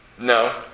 No